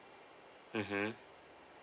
mmhmm